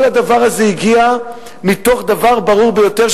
כל הדבר הזה הגיע מתוך דבר ברור ביותר,